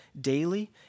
daily